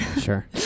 Sure